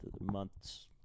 months